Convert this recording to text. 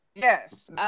Yes